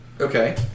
Okay